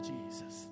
Jesus